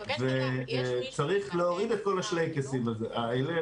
צריך להוריד את כל השלייקסים האלה,